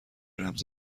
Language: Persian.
رمز